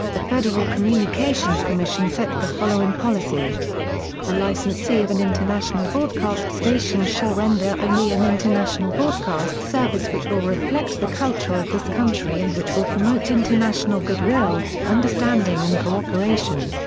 the federal communications commission set the following policy a licensee of an international broadcast station shall render only an international broadcast service which will reflect the culture of this country and which will promote international goodwill, understanding and cooperation.